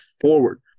forward